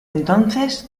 entonces